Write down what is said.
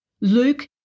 Luke